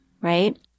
Right